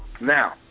Now